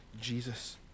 Jesus